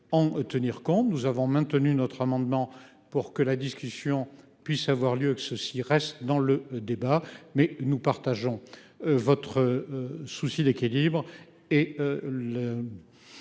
Nous avons maintenu notre amendement pour que la discussion puisse avoir lieu que ceux-ci restent dans le débat mais nous partageons votre souci d'équilibre